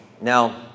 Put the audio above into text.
Now